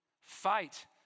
Fight